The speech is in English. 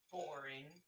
Boring